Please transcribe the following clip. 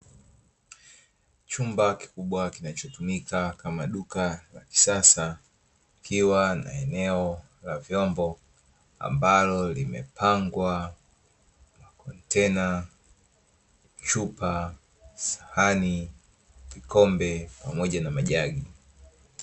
Chumba kikubwa kichachotumika kama duka la kisasa, likiwa na eneo la vyombo ambalo limepangwa: makontena, chupa, sahani, vikombe pamoja na majagi.